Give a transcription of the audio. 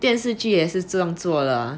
电视剧也是这样做的嘛